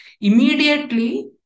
immediately